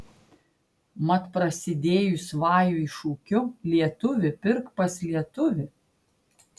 mat prasidėjus vajui šūkiu lietuvi pirk pas lietuvį